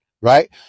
Right